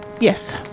yes